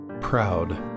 proud